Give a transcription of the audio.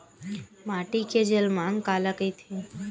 माटी के जलमांग काला कइथे?